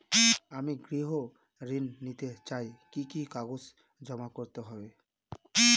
আমি গৃহ ঋণ নিতে চাই কি কি কাগজ জমা করতে হবে?